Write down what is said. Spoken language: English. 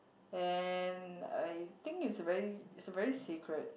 and I think it's a very it's a very sacred